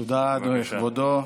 תודה, כבודו.